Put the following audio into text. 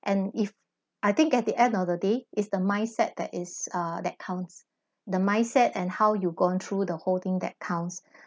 and if I think at the end of the day is the mindset that is uh that counts the mindset and how you gone through the whole thing that counts